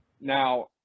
now